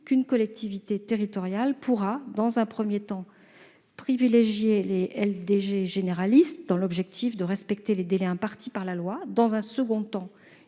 une collectivité territoriale pourra, dans un premier temps, privilégier des lignes directrices généralistes, dans l'objectif de respecter les délais fixés par la loi. Dans un second temps,